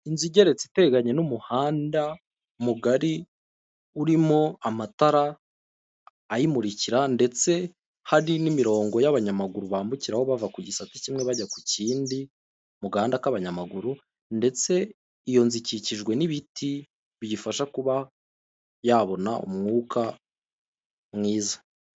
Inzu igeretse iteganye n'umuhanda mugari, urimo amatara ayimurikira ndetse hari n'imirongo y'abanyamaguru bambukiraho bava ku gisate kimwe bajya ku kindi mugahanda k'abanyamaguru ndetse iyo nzu ikikijwe n'ibiti biyifasha kuba yabona umwuka mwiza.